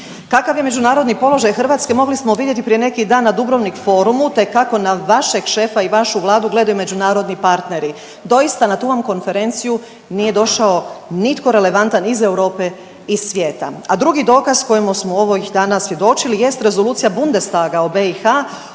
Kakav je međunarodni položaj Hrvatske mogli smo vidjeti prije neki dan na Dubrovnik forumu te kako na vašeg šefa i vašu vladu gledaju međunarodni partneri. Doista na tu vam konferenciju nije došao nitko relevantan iz Europe i iz svijeta. A drugi dokaz kojemu smo ovih dana svjedočili jest Rezolucija Bundestaga o BiH